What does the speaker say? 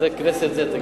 זה כנסת זה?